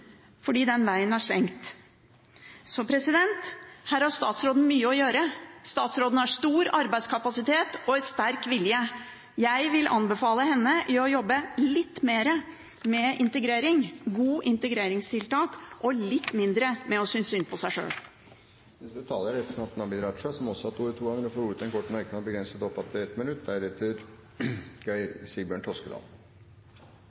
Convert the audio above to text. fordi den veien er stengt. Her har statsråden mye å gjøre. Statsråden har stor arbeidskapasitet og en sterk vilje. Jeg vil anbefale henne å jobbe litt mer med integrering, gode integreringstiltak, og litt mindre med å synes synd på seg sjøl. Representanten Abid Q. Raja har hatt ordet to ganger tidligere og får ordet til en kort merknad, begrenset til 1 minutt.